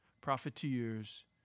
profiteers